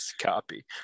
copy